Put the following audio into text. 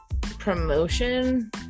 promotion